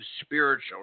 spiritual